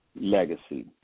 legacy